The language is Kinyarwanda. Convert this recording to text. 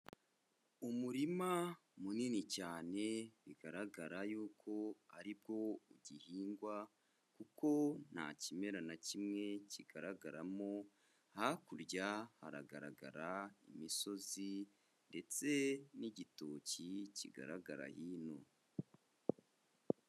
Umurima munini cyane bigaragara y'uko ari bwo ugihingwa kuko nta kimera na kimwe kigaragaramo, hakurya haragaragara imisozi ndetse n'igitoki kigaragara hino.